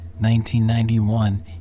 1991